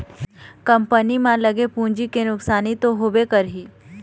company म लगे पूंजी के नुकसानी तो होबे करही